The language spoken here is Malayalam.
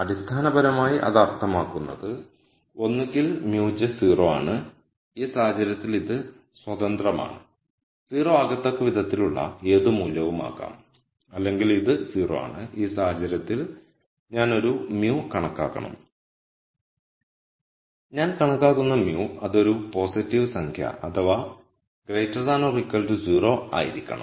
അടിസ്ഥാനപരമായി അത് അർത്ഥമാക്കുന്നത് ഒന്നുകിൽ μj 0 ആണ് ഈ സാഹചര്യത്തിൽ ഇത് സ്വതന്ത്രമാണ് 0 ആകത്തക്ക വിധത്തിലുള്ള ഏതു മൂല്യവുമാകാം അല്ലെങ്കിൽ ഇത് 0 ആണ് ഈ സാഹചര്യത്തിൽ ഞാൻ ഒരു μ കണക്കാക്കണം ഞാൻ കണക്കാക്കുന്ന μ അത് ഒരു പോസിറ്റീവ് സംഖ്യ അഥവാ 0 ആയിരിക്കണം